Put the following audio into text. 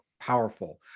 powerful